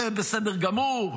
זה בסדר גמור,